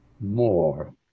more